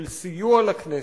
של סיוע לכנסת,